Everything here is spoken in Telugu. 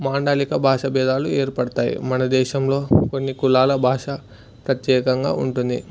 మాండలిక భాష భేదాలు ఏర్పడతాయి మన దేశంలో కొన్ని కులాల భాష ప్రత్యేకంగా ఉంటుంది